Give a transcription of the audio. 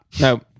No